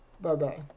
Bye-bye